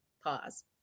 pause